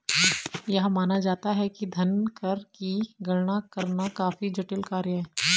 यह माना जाता है कि धन कर की गणना करना काफी जटिल कार्य है